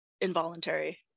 involuntary